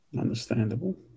Understandable